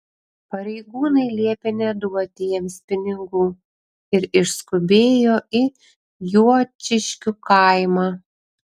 pareigūnai liepė neduoti jiems pinigų ir išskubėjo į juočiškių kaimą